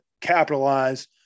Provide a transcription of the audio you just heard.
capitalize